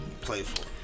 playful